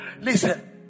Listen